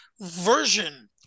version